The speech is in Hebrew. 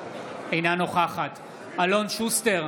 אינה נוכחת אלון שוסטר,